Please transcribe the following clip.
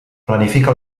planifica